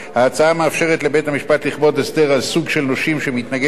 ההצעה מאפשרת לבית-המשפט לכפות הסדר על סוג של נושים שמתנגד לו